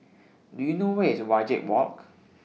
Do YOU know Where IS Wajek Walk